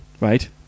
right